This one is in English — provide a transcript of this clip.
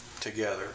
together